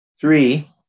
Three